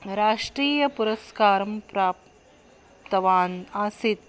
राष्ट्रीयपुरस्कारं प्राप्तवान् आसीत्